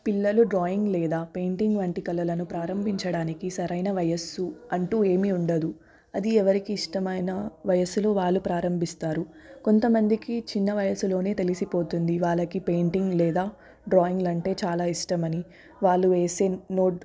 పిల్లలు డ్రాయింగ్ లేదా పెయింటింగ్ వంటి కళలను ప్రారంభించడానికి సరైన వయస్సు అంటూ ఏమీ ఉండదు అది ఎవరికి ఇష్టమైన వయసులు వాళ్ళు ప్రారంభిస్తారు కొంత మందికి చిన్న వయసులోనే తెలిసిపోతుంది వాళ్ళకి పెయింటింగ్ లేదా డ్రాయింగ్లు చాలా ఇష్టమని వాళ్ళు ఏసే నోట్